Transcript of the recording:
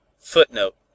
Footnote